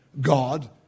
God